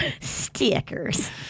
Stickers